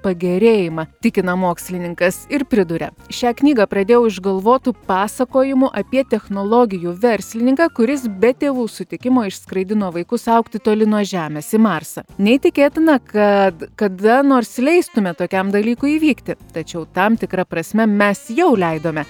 pagerėjimą tikina mokslininkas ir priduria šią knygą pradėjau išgalvotu pasakojimu apie technologijų verslininką kuris be tėvų sutikimo išskraidino vaikus augti toli nuo žemės į marsą neįtikėtina kad kada nors leistume tokiam dalykui įvykti tačiau tam tikra prasme mes jau leidome